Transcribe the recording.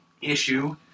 issue